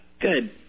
Good